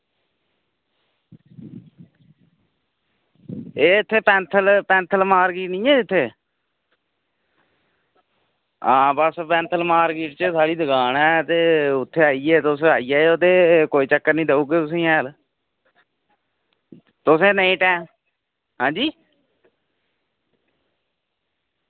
एह् पैंथल पैंथल मार्किट निं ऐ जित्थें आं बस पैंथल मार्किट बिच साढ़ी दुकान ऐ ते उत्थें आइयै तुस आई जाओ ते कोई चक्कर निं देई ओड़गे तुसेंगी हैल तुसें ई नेईं टैम आं जी